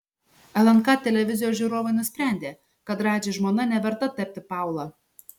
lnk televizijos žiūrovai nusprendė kad radži žmona neverta tapti paula